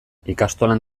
ikastolan